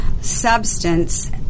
substance